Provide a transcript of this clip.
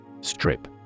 Strip